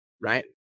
Right